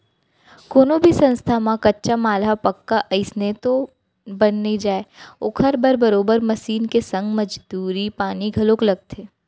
कोनो भी संस्था म कच्चा माल ह पक्का अइसने तो बन नइ जाय ओखर बर बरोबर मसीन के संग मजदूरी पानी घलोक लगथे